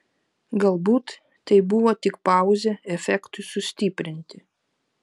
galbūt tai buvo tik pauzė efektui sustiprinti